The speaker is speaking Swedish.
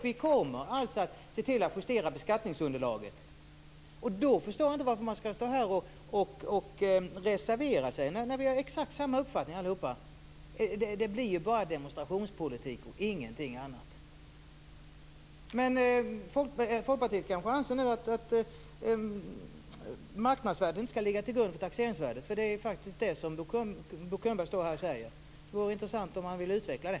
Vi kommer att se till att justera beskattningsunderlaget. Då förstår jag inte varför man ska stå här och reservera sig. Vi har ju exakt samma uppfattning, allihop. Det blir bara demonstrationspolitik och inget annat. Men Folkpartiet kanske nu anser att marknadsvärdet inte ska ligga till grund för taxeringsvärdet. Det är faktiskt det som Bo Könberg står här och säger. Det vore intressant om han ville utveckla det.